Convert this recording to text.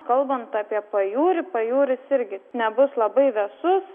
kalbant apie pajūrį pajūris irgi nebus labai vėsus